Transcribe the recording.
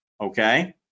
okay